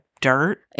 dirt